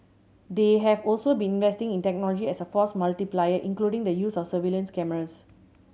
they have also been investing in technology as a force multiplier including the use of surveillance cameras